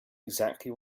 exactly